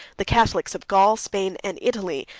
the catholics of gaul, spain, and italy,